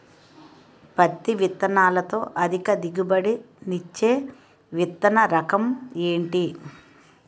పత్తి విత్తనాలతో అధిక దిగుబడి నిచ్చే విత్తన రకం ఏంటి?